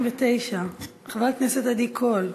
299, חברת הכנסת עדי קול: